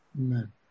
Amen